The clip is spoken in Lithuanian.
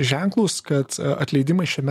ženklus kad atleidimai šiame